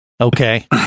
okay